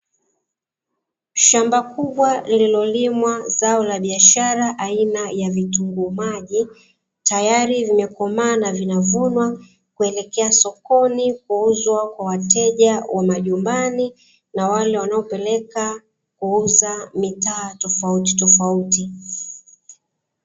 Shamba kubwa lililolimwa zao la biashara aina ya vitunguu maji, tayari vimekomaa na vinavunwa kuelekea sokoni kuuzwa kwa wateja wa majumbani na wale wanaopeleka kuuza mitaa tofauti tofauti.